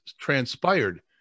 transpired